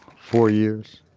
four years